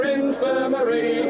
infirmary